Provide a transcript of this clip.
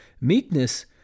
meekness